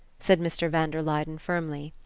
said mr. van der luyden firmly.